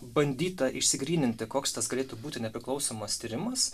bandyta išsigryninti koks tas galėtų būti nepriklausomas tyrimas